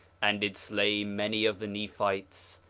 and did slay many of the nephites,